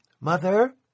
Mother